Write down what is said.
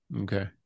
Okay